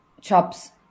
chops